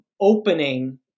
opening